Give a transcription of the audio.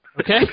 Okay